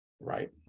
Right